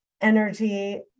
energy